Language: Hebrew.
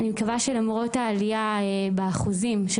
אני מקווה שלמרות העלייה באחוזים של